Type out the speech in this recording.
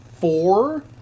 four